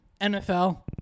NFL